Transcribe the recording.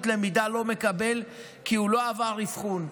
למידה לא מקבל אותם כי הוא לא עבר אבחון.